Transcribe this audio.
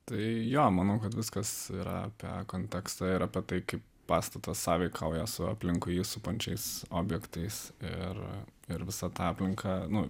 tai jo manau kad viskas yra apie kontekstą ir apie tai kaip pastatas sąveikauja su aplinkui jį supančiais objektais ir ir visa ta aplinka nu